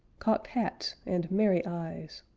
cocked hats and merry eyes.